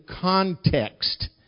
context